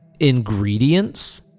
Ingredients